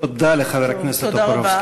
תודה לחבר הכנסת טופורובסקי.